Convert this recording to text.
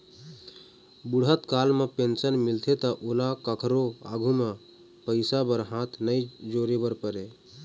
बूढ़त काल म पेंशन मिलथे त ओला कखरो आघु म पइसा बर हाथ नइ जोरे बर परय